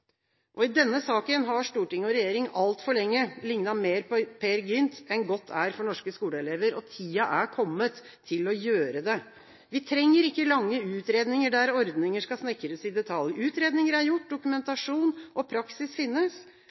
ikke!» I denne saken har storting og regjering altfor lenge lignet mer på Peer Gynt enn godt er for norske skoleelever. Tida er kommet til å gjøre det. Vi trenger ikke lange utredninger der ordninger skal snekres i detalj. Utredninger er gjort. Dokumentasjon og praksis finnes.